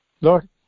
Lord